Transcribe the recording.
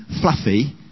fluffy